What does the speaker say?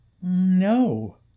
no